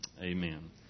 amen